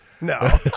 No